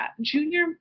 Junior